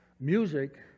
Music